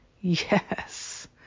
Yes